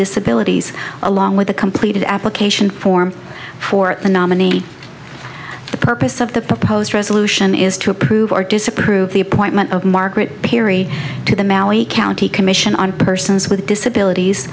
disabilities along with a completed application form for the nominee the purpose of the proposed resolution is to approve or disapprove the appointment of margaret perry to the maui county commission on persons with disabilities